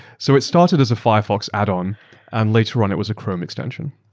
so, it started as a firefox add-on and later on it was a chrome extension.